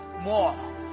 more